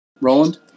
Roland